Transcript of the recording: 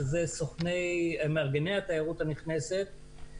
שזה מארגני התיירות הנכנסת.